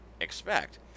expect